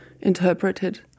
interpreted